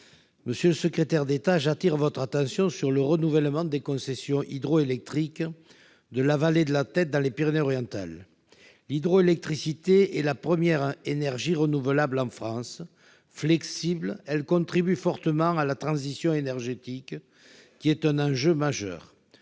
J'appelle l'attention du Gouvernement sur le renouvellement des concessions hydroélectriques de la vallée de la Têt, dans les Pyrénées-Orientales. L'hydroélectricité est la première énergie renouvelable en France. Flexible, elle contribue fortement à la transition énergétique, un enjeu majeur.